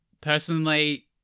Personally